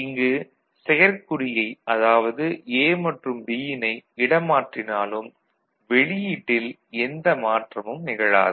இங்கு செயற்குறியை அதாவது A மற்றும் B யினை இடமாற்றினாலும் வெளியீட்டில் எந்த மாற்றமும் நிகழாது